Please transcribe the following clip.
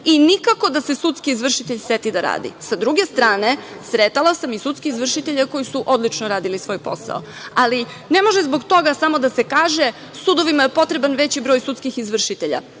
i nikako da se sudski izvršitelj seti da radi. Sa druge strane, sretala sam i sudske izvršitelje koji su odlično radili svoj posao, ali ne može zbog toga samo da se kaže - sudovima je potreban veći broj sudskih izvršitelja.